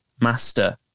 Master